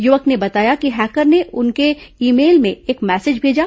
युवक ने बताया कि हैकर ने उनके ई मेल में एक मैसेज भेजा